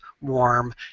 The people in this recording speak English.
warm